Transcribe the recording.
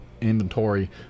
inventory